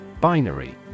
Binary